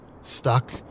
stuck